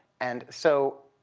and so,